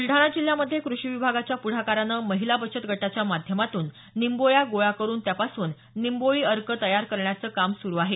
ब्लडाणा जिल्ह्यामध्ये कृषी विभागाच्या पुढाकारानं महिला बचत गटाच्या माध्यमातून निंबोळ्या गोळा करून त्यापासून निंबोळी अर्क तयार करण्याचं काम सुरू आहे